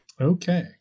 Okay